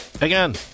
Again